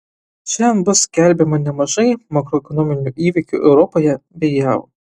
šiandien bus skelbiama nemažai makroekonominių įvykių europoje bei jav